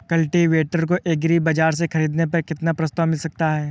Cultivator को agri बाजार से ख़रीदने पर कितना प्रस्ताव मिल सकता है?